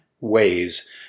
ways